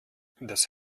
das